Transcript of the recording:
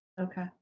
Okay